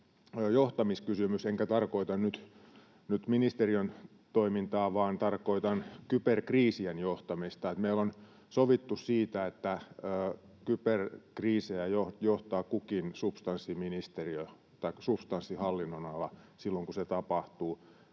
johtamiskysymys, enkä tarkoita nyt ministeriön toimintaa vaan tarkoitan kyberkriisien johtamista. Meillä on sovittu siitä, että kyberkriisejä johtaa kukin substanssiministeriö tai